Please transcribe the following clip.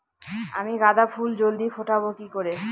আমি গাঁদা ফুল জলদি ফোটাবো কি করে?